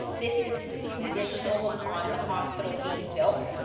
this is conditional upon the hospital being built.